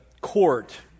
court